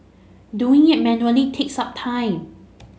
doing it manually takes up time